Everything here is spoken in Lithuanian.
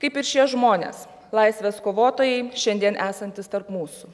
kaip ir šie žmonės laisvės kovotojai šiandien esantys tarp mūsų